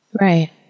Right